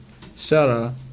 Sarah